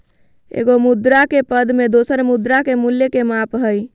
एगो मुद्रा के पद में दोसर मुद्रा के मूल्य के माप हइ